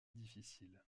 difficile